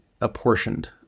apportioned